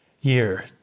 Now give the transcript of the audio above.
year